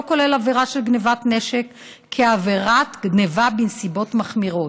לא כולל עבירה של גנבת נשק כעבירת גנבה בנסיבות מחמירות.